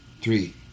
three